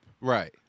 right